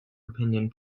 opinion